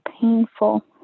painful